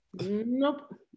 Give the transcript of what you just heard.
Nope